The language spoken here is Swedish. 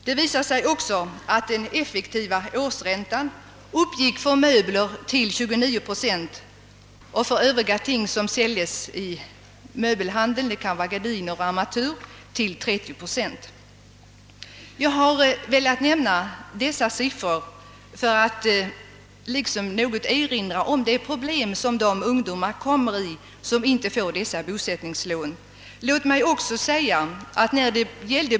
Det visade sig också att den effektiva årsräntan för möbler uppgick till 29 procent och för Övriga ting som säljs i möbelhandeln — gardiner, armatur etc. — till 30 procent. Jag har velat lämna dessa siffror för att något erinra om det problem som de ungdomar ställs inför vilka inte får dessa bosättningslån.